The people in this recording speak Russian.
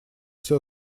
все